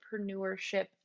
entrepreneurship